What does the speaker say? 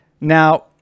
now